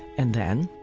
and then?